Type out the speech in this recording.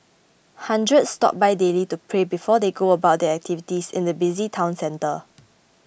hundreds stop by daily to pray before they go about their activities in the busy town centre